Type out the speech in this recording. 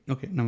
Okay